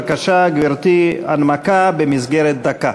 בבקשה, גברתי, הנמקה במסגרת דקה.